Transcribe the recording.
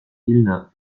villeneuve